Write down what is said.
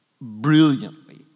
brilliantly